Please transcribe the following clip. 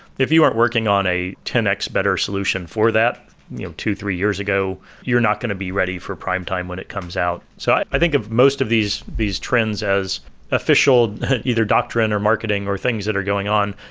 if you aren't working on a ten x better solution for that two, three years ago, you're not going to be ready for primetime when it comes out. so i think of most of these these trends has official either doctrine or marketing or things that are going on.